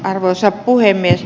arvoisa puhemies